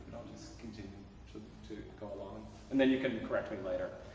continue to go along and then you can correct me later.